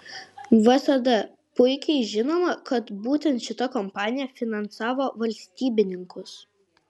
vsd puikiai žinoma kad būtent šita kompanija finansavo valstybininkus